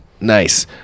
Nice